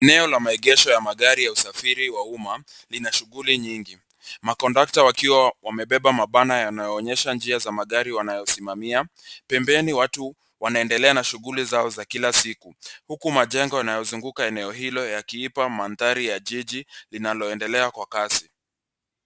Eneo la maegesho ya magari ya usafiri ya umma lina shughuli nyingi. Makondakta wakiwa wamebeba mabana yanayoonyesha njia za magari wanayosimamia. Pembeni watu wanaendelea na shughuli zao za kila siku huku majengo yanayozunguka eneo hilo yakiipa mandhari ya jiji linaloendelea kwa kasi.